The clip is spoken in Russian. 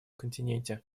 континенте